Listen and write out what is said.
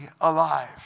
alive